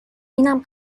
اینم